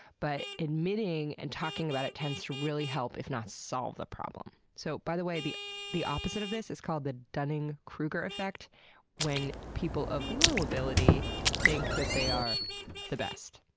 but admitting and talking about it tends to really help, if not solve, the problem. so by the way, the the opposite of this is called the dunning-kruger effect when people of low ability think that they are the best.